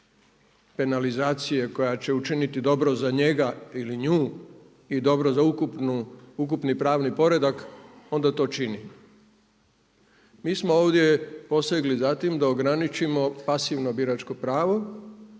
penalizacije koja će učiniti dobro za njega ili nju i dobro za ukupni pravni poredak onda to čini. Mi smo ovdje posegli za tim da ograničimo pasivno biračko pravo